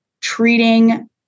treating